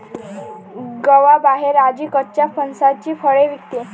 गावाबाहेर आजी कच्च्या फणसाची फळे विकते